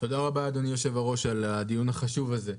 תודה רבה, אדוני היושב-ראש, על הדיון החשוב הזה.